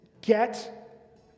Get